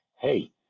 Hey